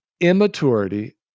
immaturity